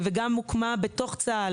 הוקמה גם בתוך צה"ל